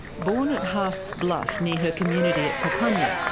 born at haast's bluff, near her community at papunya,